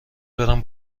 برم